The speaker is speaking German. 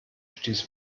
stieß